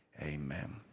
Amen